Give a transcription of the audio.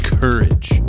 courage